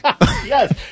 yes